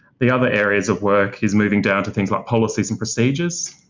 the other areas of work is moving down to things like policies and procedures,